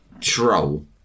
troll